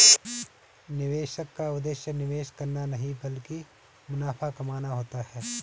निवेशक का उद्देश्य निवेश करना नहीं ब्लकि मुनाफा कमाना होता है